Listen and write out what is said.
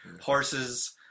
horses